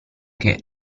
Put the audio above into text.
che